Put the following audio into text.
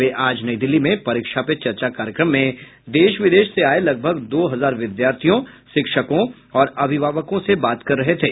वे आज नई दिल्ली में परीक्षा पे चर्चा कार्यक्रम में देश विदेश से आये लगभग दो हजार विद्यार्थियों शिक्षकों और अभिभावकों से बात कर रहे थे